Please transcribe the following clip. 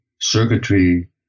circuitry